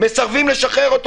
ומסרבים לשחרר אותו.